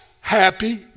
happy